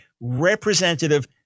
representative